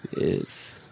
Yes